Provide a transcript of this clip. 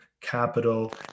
capital